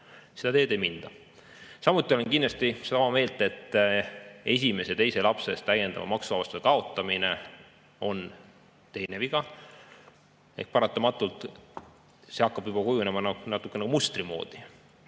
Seda teed ei minda. Samuti olen kindlasti seda meelt, et esimese ja teise lapse eest täiendava maksuvabastuse kaotamine on teine viga. Paratamatult see hakkab juba kujunema natukene mustriks: